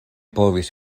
povis